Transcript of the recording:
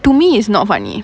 to me it's not funny